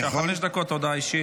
חמש דקות של הודעה אישית,